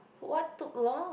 what took long